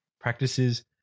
practices